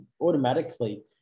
automatically